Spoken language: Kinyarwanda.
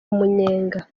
umunyenga